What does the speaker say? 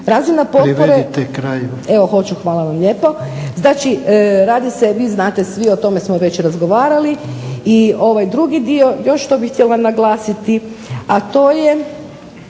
kraju. **Sumrak, Đurđica (HDZ)** Evo hoću, hvala vam lijepo. Znači radi se, vi znate svi, o tome smo već razgovarali i ovaj drugi dio još što bih htjela naglasiti, a to je